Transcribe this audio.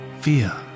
fear